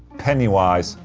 pennywise,